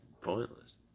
pointless